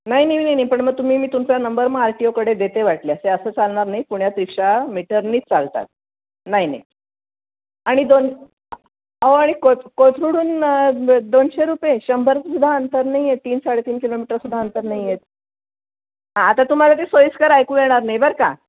नाही नानाही नाही नाही नाही पण मग तुम्ही मी तुमचा नंबर मग आर टी ओकडेच देते वाटल्यास असं चालणार नाही पुण्यात रिक्षा मीटरनीच चालतात नाही नाही आणि दोन हो आणि कोथ कोथरुडहून दोनशे रुपये शंभरसुद्धा अंतर नाही आहे तीन साडेतीन किलोमीटरसुद्धा अंतर नाही आहेत हां आता तुम्हाला ते सोईस्कर ऐकू येणार नाही बरं का